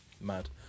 Mad